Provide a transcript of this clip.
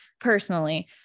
personally